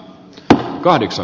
arvoisa puhemies